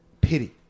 pity